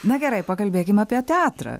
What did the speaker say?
na gerai pakalbėkim apie teatrą